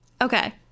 Okay